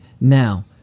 now